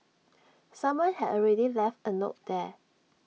someone had already left A note there